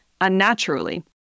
unnaturally